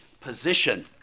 position